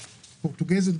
פורטוגזית.